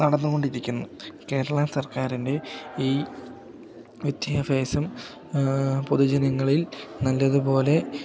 നടന്ന് കൊണ്ടിരിക്കുന്നത് കേരളാ സർക്കാരിൻറ്റെ ഈ വിദ്യാഭ്യാസം പൊതുജനങ്ങളിൽ നല്ലതുപോലെ